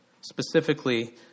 specifically